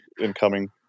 incoming